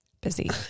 busy